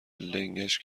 لنگش